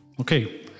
Okay